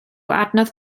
adnodd